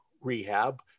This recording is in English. rehab